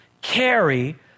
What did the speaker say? carry